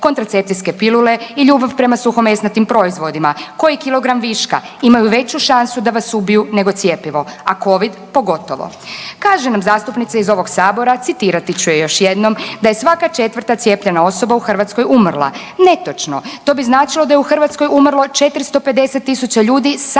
kontracepcijske pilule i ljubav prema suhomesnatim proizvodima, koji kilogram viška imaju veću šansu da vas ubiju nego cjepivo, a covid pogotovo. Kaže nam zastupnica iz ovog sabora citirati ću je još jednom „da je svaka četvrta cijepljena osoba u Hrvatskoj umrla“, netočno, to bi značilo da je u Hrvatskoj umrlo 450.000 ljudi samo